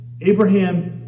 Abraham